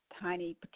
tiny